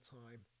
time